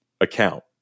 account